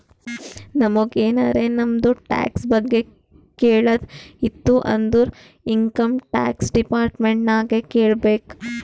ನಮುಗ್ ಎನಾರೇ ನಮ್ದು ಟ್ಯಾಕ್ಸ್ ಬಗ್ಗೆ ಕೇಳದ್ ಇತ್ತು ಅಂದುರ್ ಇನ್ಕಮ್ ಟ್ಯಾಕ್ಸ್ ಡಿಪಾರ್ಟ್ಮೆಂಟ್ ನಾಗೆ ಕೇಳ್ಬೇಕ್